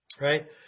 Right